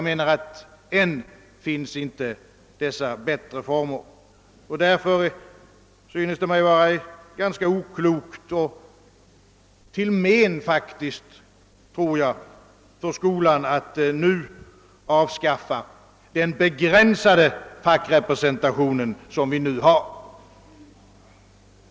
Ännu finns inte dessa bättre former, och därför synes det mig vara ganska oklokt och faktiskt till skada för skolan att nu avskaffa den begränsade fackrepresentation som vi har.